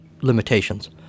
limitations